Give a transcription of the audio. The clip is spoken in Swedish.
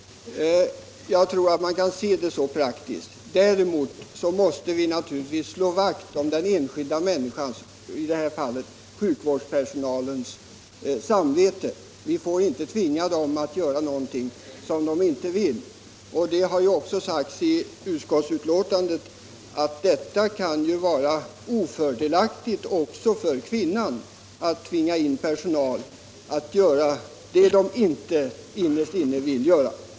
Jag tror att man kan se det så praktiskt. Däremot måste vi naturligtvis slå vakt om den enskilda människans — i det här fallet sjukvårdspersonalens — samvete. Vi får inte tvinga dessa människor att göra någonting som de inte vill. Det har också sagts i utskottsbetänkandet att det kan vara ofördelaktigt även för kvinnan att tvinga personal att göra det den innerst inne inte vill göra.